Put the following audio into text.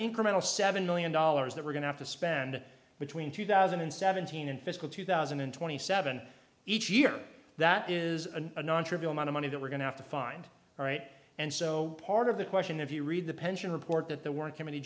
incremental seven million dollars that we're going to have to spend between two thousand and seventeen and fiscal two thousand and twenty seven each year that is a non trivial amount of money that we're going to have to find all right and so part of the question if you read the pension report that the work committee